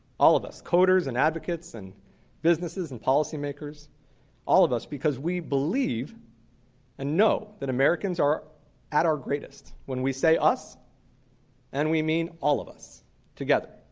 all of us. coders and advocates and businesses and policy makers all of us. because we believe and know that americans are at our greatest when we say us and we mean all of us together.